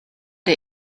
der